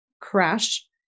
crash